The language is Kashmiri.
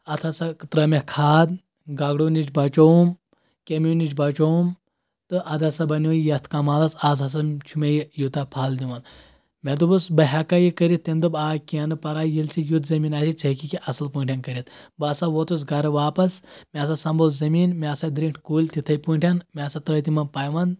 اَتھ ہسا ترٲے مےٚ کھاد گگرو نِش بچووُم کیٚمیو نِش بچووُم تہٕ ادٕ ہسا بنٛیو یہِ یتھ کمالس آز ہسا چھُ مےٚ یہِ یوٗتاہ پھل دِوان مےٚ دوٚپُس بہٕ ہٮ۪کا یہِ کٔرِتھ تٔمۍ دوٚپ آ کینٛہہ نہٕ پرواے ییٚلہِ ژےٚ یُتھ زٔمیٖن آسہِ ژےٚ ہٮ۪ککھ یہِ اصٕل پٲٹھٮ۪ن کٔرِتھ بہٕ ہسا ووتُس گرٕ واپس مےٚ ہسا سمبول زٔمیٖن مےٚ ہسا درٛٲنٛٹھۍ کُلۍ تِتھٕے پٲٹھٮ۪ن مےٚ ہسا ترٲے تِمن پاے وَنٛد